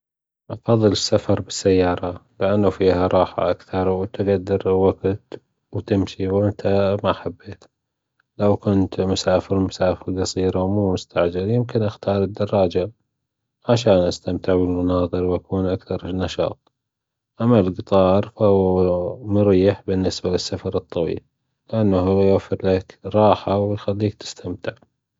أفضل السفر بالسيارة لانة فىها راحة أكثر وتمشى وانت معهم يعنى لو كنت مسافر مسافر يمكن أختار الدراجة علشان أستمتع بالمناظر وأكون أكثر نشاط أما القطار فهو مريح بالنسبة للسفر الطويل لانة يوفر لك راحه ويخليك تستمتع